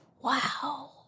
Wow